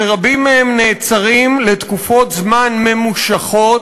שרבים מהם נעצרים לתקופות זמן ממושכות,